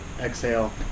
exhale